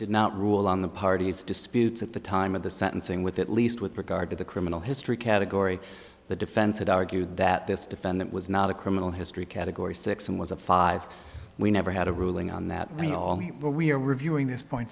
did not rule on the parties disputes at the time of the sentencing with at least with regard to the criminal history category the defense had argued that this defendant was not a criminal history category six and was a five we never had a ruling on that we all we are reviewing this point